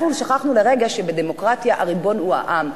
אנחנו שכחנו לרגע שבדמוקרטיה הריבון הוא העם.